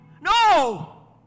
No